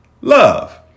love